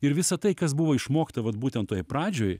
ir visa tai kas buvo išmokta vat būtent toje pradžioj